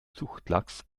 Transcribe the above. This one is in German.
zuchtlachs